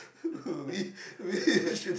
uh